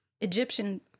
Egyptian